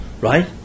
right